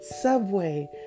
Subway